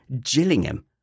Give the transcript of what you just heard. Gillingham